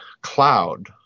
cloud